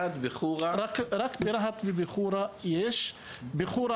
רק ברהט ובחורה יש בריכות.